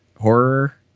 horror